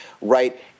right